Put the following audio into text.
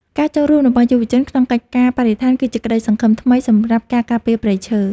ការចូលរួមរបស់យុវជនក្នុងកិច្ចការបរិស្ថាន គឺជាក្តីសង្ឃឹមថ្មីសម្រាប់ការការពារព្រៃឈើ។